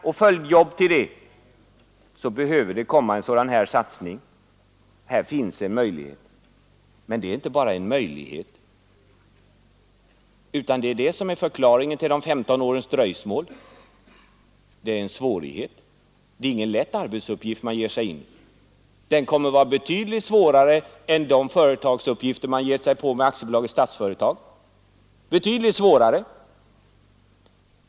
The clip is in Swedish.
I så fall behövs en kraftig satsning göras. Här finns nu en möjlighet. Men det är inte bara en möjlighet — och det är det som är förklaringen till de 15 årens dröjsmål — utan det är också en svårighet. Det är ingen lätt arbetsuppgift man ger sig på. Den kommer att vara betydligt svårare än de företagsuppgifter man hittills givit sig på med Statsföretag AB.